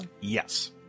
Yes